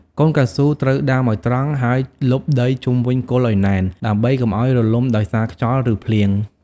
កូនកៅស៊ូត្រូវដាំឱ្យត្រង់ ហើយលប់ដីជុំវិញគល់ឱ្យណែន ដើម្បីកុំឱ្យរលំដោយសារខ្យល់ ឬភ្លៀង។